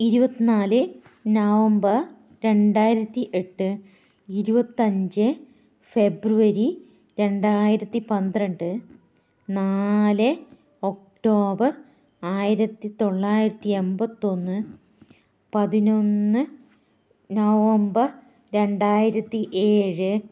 ഇരുപത്തിനാല് നവംബർ രണ്ടായിരത്തി എട്ട് ഇരുപത്തിയഞ്ച് ഫെബ്രുവരി രണ്ടായിരത്തി പന്ത്രണ്ട് നാല് ഒക്ടോബർ ആയിരത്തിത്തൊള്ളായിരത്തി എമ്പത്തൊന്ന് പതിനൊന്ന് നവംബർ രണ്ടായിരത്തി ഏഴ്